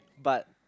but